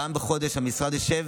פעם בחודש המשרד ישב,